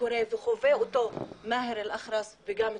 שקורה וחווה אותו מאהר אל אח'רס וגם משפחתו.